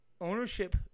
ownership